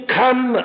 come